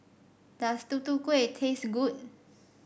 does Tutu Kueh taste good